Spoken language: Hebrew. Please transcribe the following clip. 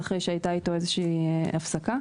אחרי שהייתה איתו איזושהי הפסקה.